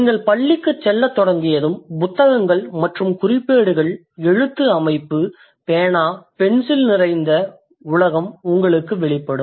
நீங்கள் பள்ளிக்குச் செல்லத் தொடங்கியதும் புத்தகங்கள் மற்றும் குறிப்பேடுகள் எழுத்து அமைப்பு பேனா பென்சில் நிறைந்த உலகம் வெளிப்படும்